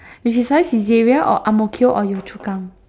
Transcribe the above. which is why Saizeriya or ang-mo-kio or yio-chu-kang